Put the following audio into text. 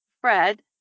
Fred